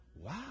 Wow